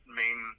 main